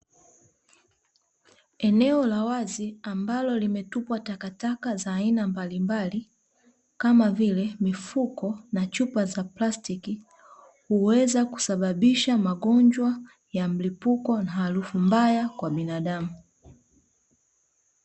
Eneo la wazi ambalo limetupwa takataka za aina mbalimbali kama vile, mifuko na chupa za plastiki, huweza kusababisha magonjwa ya mlipuko na harufu mbaya kwa binadamu.